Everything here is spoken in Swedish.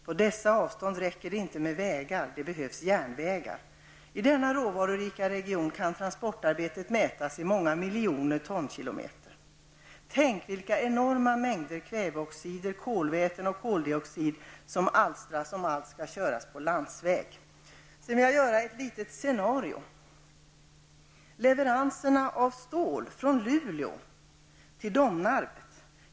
På dessa avstånd räcker det inte med vägar, det behövs järnvägar. I denna råvarurika region kan transportarbetet mätas i många miljoner tonkilometer. Tänk vilka enorma mängder kväveoxider, kolväten och koldioxid som alstras om allt skall köras på landsväg! Sedan vill jag göra ett litet scenario: leveranserna av stål från Luleå till Domnarvet.